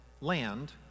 land